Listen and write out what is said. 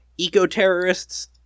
eco-terrorists